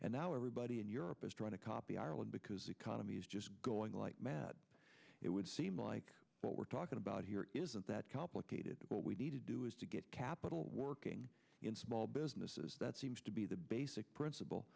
and now everybody in europe is trying to copy ireland because economy is just going like mad it would seem like what we're talking about here isn't that complicated what we need to do is to get capital working in small businesses that seems to be the basic principle